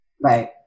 Right